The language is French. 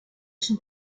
son